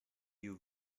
you